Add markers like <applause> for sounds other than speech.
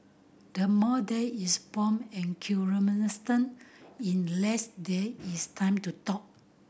the more there is pomp and <unintelligible> in less there is time to talk